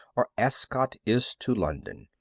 or ascot is to london.